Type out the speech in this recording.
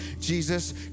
Jesus